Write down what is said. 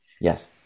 Yes